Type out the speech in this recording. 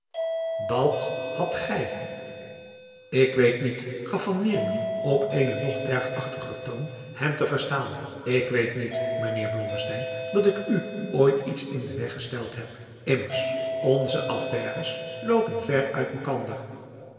dat hadt gij ik weet niet gaf van wieringen op eenen nog tergachtiger toon hem te vestaan ik weet niet mijnheer blommesteyn dat ik u ooit iets in den weg gesteld heb immers onze affaires loopen ver uit malkander